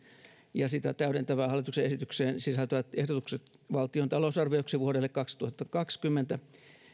ja sitä täydentävään hallituksen esitykseen sisältyvät ehdotukset valtion talousarvioksi vuodelle kaksituhattakaksikymmentä